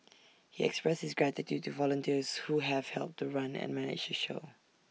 he expressed his gratitude to volunteers who have helped to run and manage the show